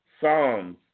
Psalms